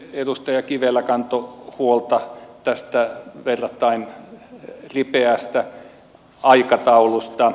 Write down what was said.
edustaja kivelä kantoi myöskin huolta tästä verrattain ripeästä aikataulusta